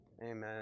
Amen